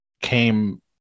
came